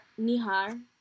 Nihar